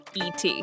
ET